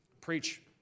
Preach